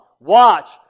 Watch